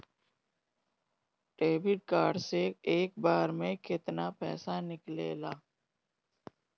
Debit card से एक बार मे केतना पैसा निकले ला?